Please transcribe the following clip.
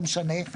לא משנה,